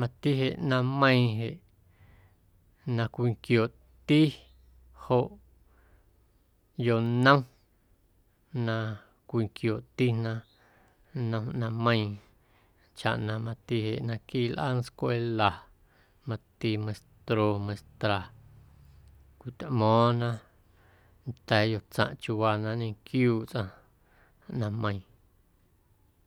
mati jeꞌ ꞌnaaⁿmeiiⁿ jeꞌ na cwinquiooꞌti joꞌ yonom na cwinquiooꞌtina nnom ꞌnaaⁿmeiiⁿꞌ chaꞌ na mati jeꞌ naquiiꞌ lꞌaa ntscwela mati meistro, meistra cwitꞌmo̱o̱ⁿna nda̱a̱ yoꞌtsaⁿꞌ chiuuwaa na nñequiuuꞌ tsꞌaⁿ ꞌnaⁿmeiiⁿ.